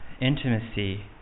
intimacy